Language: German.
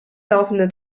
laufende